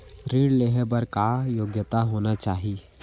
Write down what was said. ऋण लेहे बर का योग्यता होना चाही?